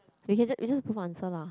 you can just you just put answer lah